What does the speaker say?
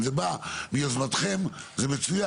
אם זה בא מיוזמתכם זה מצוין.